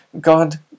God